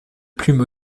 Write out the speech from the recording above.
plume